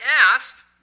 asked